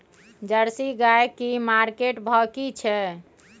Jersey गाय की market भाव की छै?